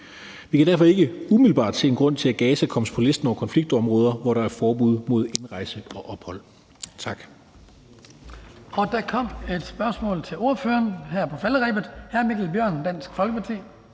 Vi kan derfor ikke umiddelbart se en grund til, at Gaza kommer på listen over konfliktområder, hvor der er forbud mod indrejse og ophold. Tak. Kl. 17:58 Den fg. formand (Hans Kristian Skibby): Der kom et spørgsmål til ordføreren her på falderebet. Hr. Mikkel Bjørn, Dansk Folkeparti.